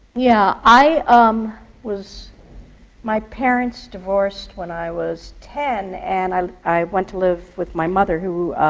yeah. i um was my parents divorced when i was ten, and i i went to live with my mother, who